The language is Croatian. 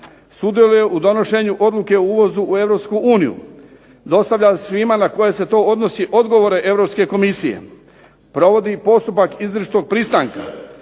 sudjeluje u donošenju odluke o uvozu u Europsku uniju, dostavlja svima na koje se to odnosi odgovore Europske Komisije, provodi postupak izričitog pristanka,